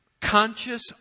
Conscious